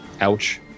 Ouch